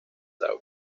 out